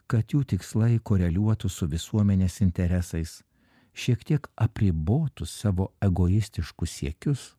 kad jų tikslai koreliuotų su visuomenės interesais šiek tiek apribotų savo egoistiškus siekius